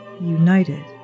united